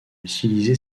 utilisé